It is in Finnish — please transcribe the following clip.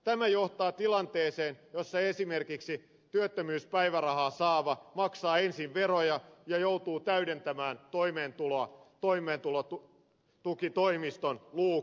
tämä johtaa tilanteeseen jossa esimerkiksi työttömyyspäivärahaa saava maksaa ensin veroja ja joutuu täydentämään toimeentuloa toimeentulotukitoimiston luukulla